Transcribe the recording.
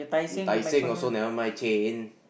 you Tai-Seng also never mind change